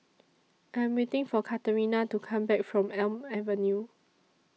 I'm waiting For Katarina to Come Back from Elm Avenue